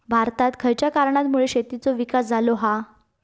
भारतात खयच्या कारणांमुळे शेतीचो विकास झालो हा?